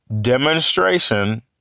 demonstration